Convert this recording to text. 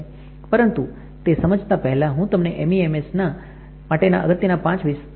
પરંતુ તે સમજતા પહેલાં હું તમને MEMS માટેના અગત્ય ના પાંચ વિચારો છે